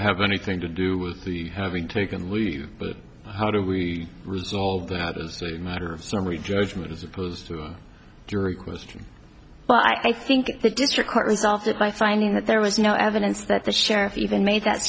have anything to do with the having taken leave but how do we resolve that as a matter of summary judgment as opposed to a jury question but i think the district court resolved it by finding that there was no evidence that the sheriff even made that